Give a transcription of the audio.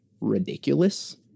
ridiculous